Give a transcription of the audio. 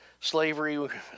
slavery